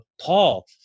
Paul